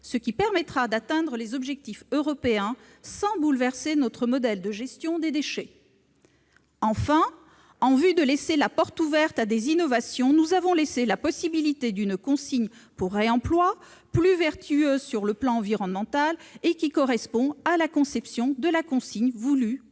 ce qui permettra d'atteindre les objectifs européens sans bouleverser notre modèle de gestion des déchets. Enfin, en vue de laisser la porte ouverte à des innovations, nous avons maintenu la possibilité d'une consigne pour réemploi, plus vertueuse sur le plan environnemental et qui correspond à la conception de la consigne voulue